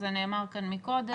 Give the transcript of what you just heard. זה נאמר כאן מקודם.